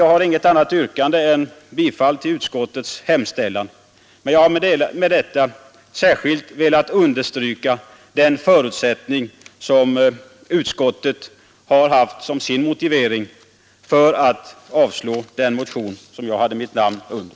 Jag har inget annat yrkande än om bifall till utskottets hemställan, men jag har med detta särskilt velat understryka den förutsättning som utskottet har haft som sin motivering för att avstyrka den motion som jag har mitt namn under.